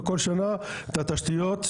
ובכל שנה את התשתיות,